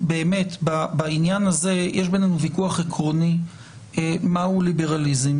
בעניין הזה יש בינינו ויכוח עקרוני מהו ליברליזם.